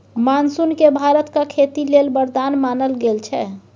monsoon केँ भारतक खेती लेल बरदान मानल गेल छै